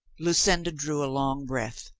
lucinda drew a long breath.